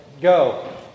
Go